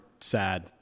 sad